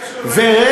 מה זה קשור, ?